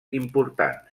importants